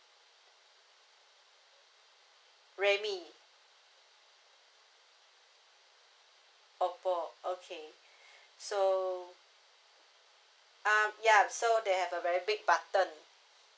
redmi oppo okay so um yeah so they have a very big button